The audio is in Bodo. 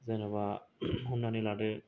जेन'बा हमनानै लादो